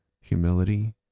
humility